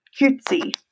cutesy